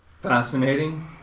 fascinating